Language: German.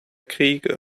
kriege